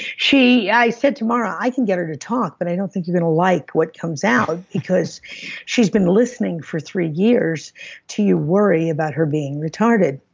i said to maura i can get her to talk, but i don't think you're going to like what comes out because she's been listening for three years to you worry about her being retarded.